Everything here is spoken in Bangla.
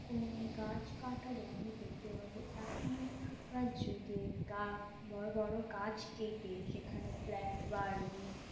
কোন গাছ কাটা বন্ধ করতে হবে এখনকার যুগে গা বড় বড়ো গাছ কেটে সেখানে ফ্ল্যাট বাড়ি